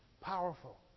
powerful